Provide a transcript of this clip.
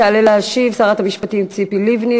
תעלה להשיב שרת המשפטים ציפי לבני,